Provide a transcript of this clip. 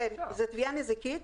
כן, זו תביעה נזיקית.